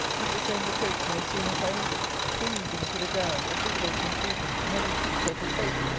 mr. solmes approached me as soon as i entered, cringing to the ground, a visible confusion in every feature of his face.